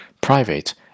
private